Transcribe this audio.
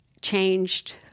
changed